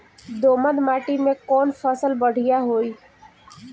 दोमट माटी में कौन फसल बढ़ीया होई?